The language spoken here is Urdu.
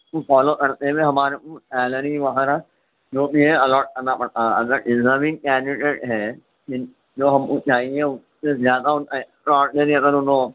کو فالو کرتے ہوئے ہمارے کو سیلری وغیرہ جو بھی ہے الاٹ کرنا پڑتا اگر الزامی کنڈیڈیٹ ہے جن جو ہم کو چاہیے اس سے زیادہ ان کا ایکسٹرا آرڈینری اگر انہوں